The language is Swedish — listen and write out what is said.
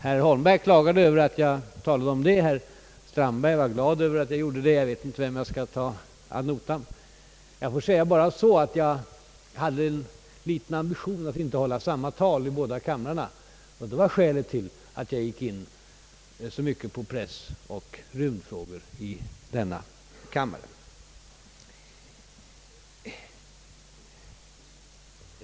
Herr Holmberg klagade över att jag talade om det och herr Strandberg var glad över att jag gjorde det; jag vet inte vem jag skall ta ad notam. Jag får säga bara så, att jag hade en liten ambition att inte hålla samma tal i båda kamrarna, och detta var skälet till att jag gick in så mycket på pressoch rymdfrågor i denna kammare.